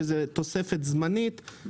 שזאת תוספת זמנית,